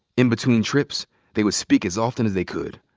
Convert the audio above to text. in between trips they would speak as often as they could.